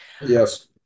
Yes